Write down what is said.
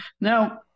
Now